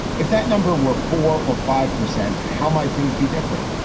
if that number were four or five percent. how might things be different?